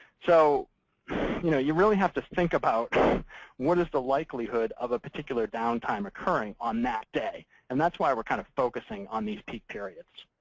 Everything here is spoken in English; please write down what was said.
so you know you really have to think about what is the likelihood of a particular downtime occurring on that day. and that's why we're kind of focusing on these peak periods.